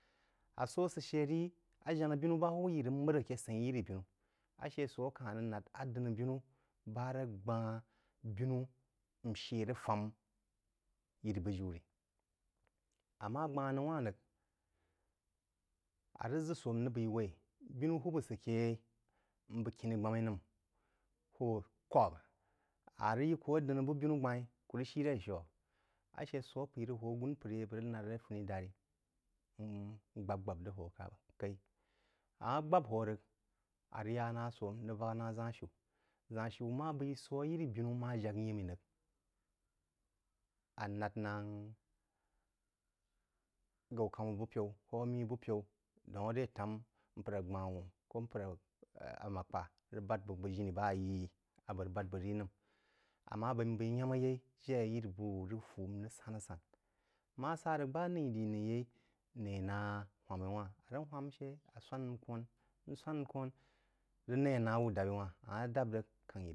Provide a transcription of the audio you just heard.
A sō sə shə rí, ajaná binú bá hwūb yí rəg m’ər aké sá-í yiri-binu. Ashə sō akahn rəg l’a aj’əni-binu ba rəg gbá-hn binú n shə rəg fām yirí-bujiú rí. Ammá gba-n noū wa-hn rəg, a rəg ʒə sō n rəg baí w’aí binú hwūb sə ké yeí m bəg kuí gbam-í nəm, hwūb kwāk, a rəg yí kú ad’əní-bú binú gbá-í, kú rəg shí ré shiú, áshə á p’əí rəg hō agūn mpər yeí bəg rəg nár a ré fūní dārí m gbāb-gbāb rəg hō kaí- ammá gbáb hō rəg, a rəg yá ná sō n rəg vák nā ʒān̄ shiú. ʒān̄ shiú má baí sō á yirí-binú ma ják yimrí rəgi a lá ná gaú kamá bipyaú kō amí búpyaú daún aré tám mpər agba-n’hūn kō mpər ánákpá rəg bād bəg bú jiní ba í yí a bəg rəg bád bəg ri nəm. Amma b’eī n b’eī y’ám yeí jé yiri bú wú rəg fú n rəg sán-asán má sá rəg, ba ni diri ni yei, ní ná hwām-í wa-hn á rəg hwám shə, a swān, n kōn, n swān n kōn rəg ní nā wú dād, í wāhn, ammá da’p rəg, káng